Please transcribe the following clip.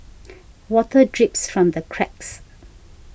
water drips from the cracks